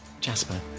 Jasper